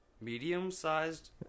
medium-sized